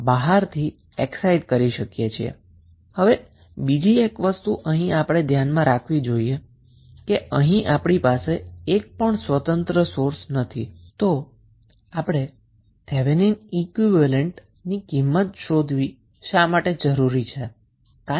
હવે બીજી એક વસ્તુ જે આપણે ધ્યાનમાં રાખવી જોઈએ એ તે છે કે અહીં આપણી પાસે એક પણ ઇંડિપેન્ડન્ટ સોર્સ ન હોવાથી આપણે થેવેનિન વોલ્ટેજની વેલ્યુ શોધવી જરૂરી નથી શા માટે